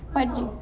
my ju~